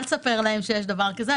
אל תספר להם שיש דבר כזה,